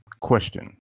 question